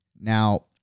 now